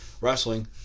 wrestling